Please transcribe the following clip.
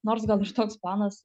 nors gal ir toks planas